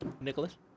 Nicholas